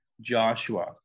Joshua